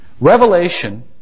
Revelation